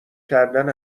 کردن